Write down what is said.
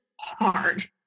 hard